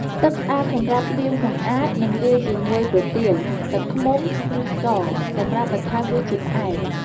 ទឹកស្អាតសម្រាប់លាងសម្អាត និងលាយជាមួយប្រទាល, ទឹកឃ្មុំ ឬស្ករ សម្រាប់បន្ថែមរសជាតិផ្អែម។